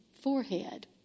forehead